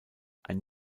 ein